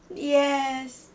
yes